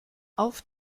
auf